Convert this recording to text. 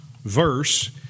verse